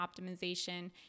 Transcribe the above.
optimization